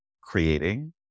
creating